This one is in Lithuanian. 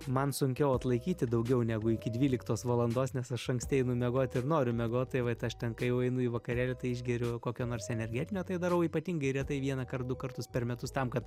man sunkiau atlaikyti daugiau negu iki dvyliktos valandos nes aš anksti einu miegot ir noriu miegot tai vat aš ten kai jau einu į vakarėlį tai išgeriu kokio nors energetinio tai darau ypatingai retai vienąkart du kartus per metus tam kad